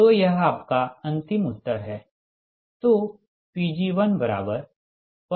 तो यह आपका अंतिम उत्तर है